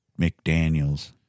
McDaniels